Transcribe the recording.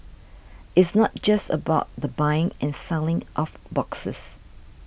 it's not just about the buying and selling of boxes